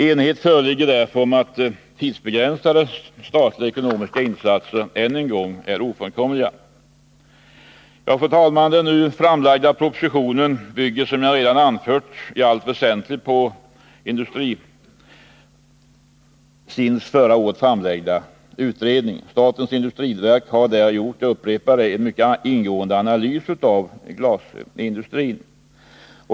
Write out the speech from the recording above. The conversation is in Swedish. Enighet föreligger därför om att tidsbegränsade statliga ekonomiska insatser ännu en gång är ofrånkomliga. Fru talman! Den nu framlagda propositionen bygger, som jag redan har anfört, i allt väsentligt på SIND:s förra året framlagda utredning. Statens industriverk har där — jag upprepar det — gjort en mycket ingående analys av glasindustrin.